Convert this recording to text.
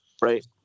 Right